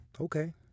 Okay